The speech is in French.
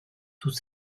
tous